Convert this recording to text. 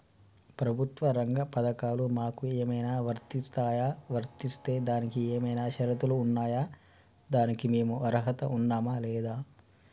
ప్రభుత్వ రంగ పథకాలు మాకు ఏమైనా వర్తిస్తాయా? వర్తిస్తే దానికి ఏమైనా షరతులు ఉన్నాయా? దానికి మేము అర్హత ఉన్నామా లేదా?